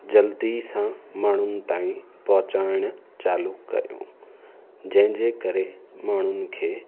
जल्दी सां माण्हुनि ताईं पहुचाइणु चालू कयूं जंहिं जे करे माण्हुनि खे